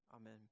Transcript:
Amen